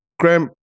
Graham